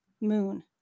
moon